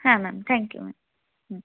হ্যাঁ ma'am thank you ma'am hmm